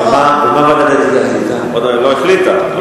ודאי לא החליטה.